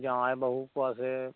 ᱡᱟᱶᱟᱭ ᱵᱟᱹᱦᱩ ᱠᱚᱣᱟ ᱥᱮ